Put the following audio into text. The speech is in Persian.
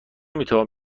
میتوان